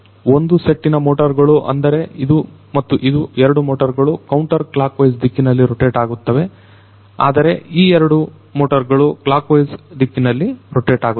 ಒಂದು ಸೆಟ್ಟಿನ ಮೋಟರ್ ಗಳು ಅಂದರೆ ಇದು ಮತ್ತು ಇದು ಎರಡು ಮೋಟರ್ ಗಳು ಕೌಂಟರ್ ಕ್ಲಾಕ್ ವೈಸ್ ದಿಕ್ಕಿನಲ್ಲಿ ರೊಟೇಟ್ ಆಗುತ್ತವೆ ಆದರೆ ಈ ಎರಡು ಮೋಟರ್ ಗಳು ಕ್ಲಾಕ್ ವೈಸ್ ದಿಕ್ಕಿನಲ್ಲಿ ರೊಟೇಟ್ ಆಗುತ್ತವೆ